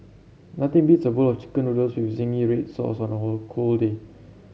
nothing beats a bowl of chicken noodles with zingy red sauce on a cold day